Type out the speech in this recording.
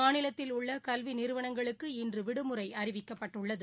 மாநிலத்திலுள்ளகல்விநிறுவனங்களுக்கு இன்றுவிடுமுறைஅறிவிக்கப்பட்டுள்ளது